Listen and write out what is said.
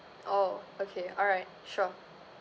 oh okay alright sure